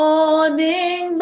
Morning